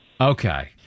Okay